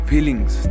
Feelings